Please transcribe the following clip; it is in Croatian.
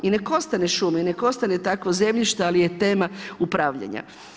I nek' ostane šuma i nek' ostane takvo zemljište, ali je tema upravljanja.